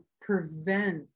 prevent